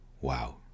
WOW